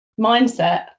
mindset